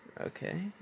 Okay